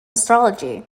astrology